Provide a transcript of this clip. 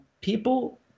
people